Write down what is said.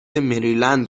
مریلند